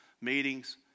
meetings